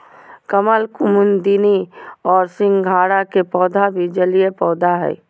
कमल, कुमुदिनी और सिंघाड़ा के पौधा भी जलीय पौधा हइ